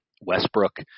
Westbrook